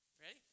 Ready